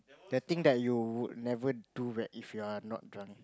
that thing that you never do if you're not drunk